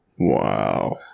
Wow